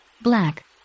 black